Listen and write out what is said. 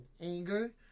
anger